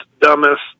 dumbest